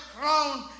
crown